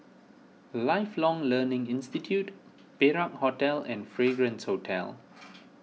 Lifelong Learning Institute Perak Hotel and Fragrance Hotel